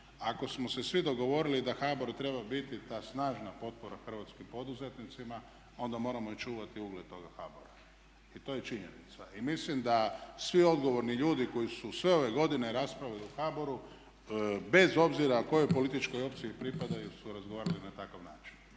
Ako smo se svi dogovorili da HBOR treba biti ta snažna potpora hrvatskim poduzetnicima onda moramo i čuvati ugled toga HBOR-a. I to je činjenica. I mislim da svi odgovorni ljudi koji su sve ove godine raspravljali u HBOR-u bez obzira kojoj političkoj opciji pripadaju su razgovarali na takav način.